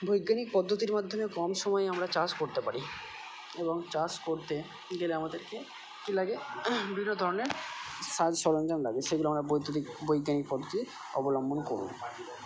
বৈজ্ঞানিক পদ্ধতির মাধ্যমে কম সময়ে আমরা চাষ করতে পারি এবং চাষ করতে গেলে আমাদেরকে কি লাগে বিভিন্ন ধরনের সাজ সরঞ্জাম লাগে সেইগুলো আমরা বৈদ্যুতিক বৈজ্ঞানিক পদ্ধতি অবলম্বন করুন